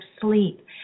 sleep